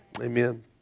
Amen